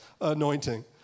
anointing